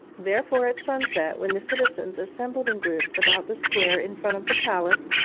therefore, at sunset, when the citizens assembled in groups about the square in front of the palace,